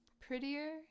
Prettier